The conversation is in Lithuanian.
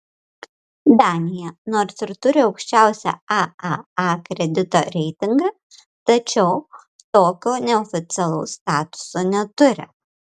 danija nors ir turi aukščiausią aaa kredito reitingą tačiau tokio neoficialaus statuso neturi